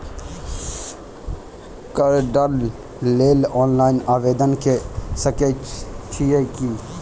कार्डक लेल ऑनलाइन आवेदन के सकै छियै की?